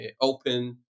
open